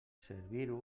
serviu